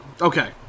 Okay